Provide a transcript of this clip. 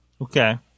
Okay